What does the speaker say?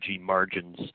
margins